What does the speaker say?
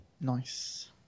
Nice